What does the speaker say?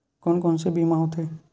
कोन कोन से बीमा होथे?